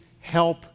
help